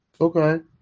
Okay